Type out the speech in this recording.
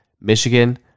Michigan